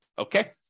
Okay